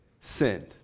sinned